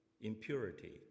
impurity